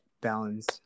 balance